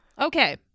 Okay